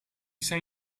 sei